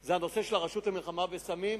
זה הנושא של הרשות למלחמה בסמים.